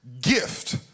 gift